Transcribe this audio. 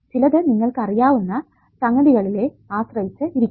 ചിലതു നിങ്ങൾക്ക് അറിയാവുന്ന സംഗതികലെ ആശ്രയിച്ചു ആയിരിക്കും